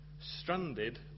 stranded